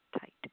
tight